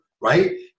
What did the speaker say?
right